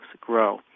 grow